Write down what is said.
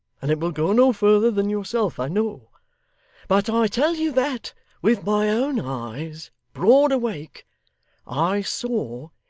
and it will go no further than yourself, i know but i tell you that with my own eyes broad awake i saw,